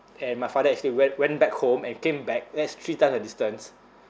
and my father actually went went back home and came back that's three times the distance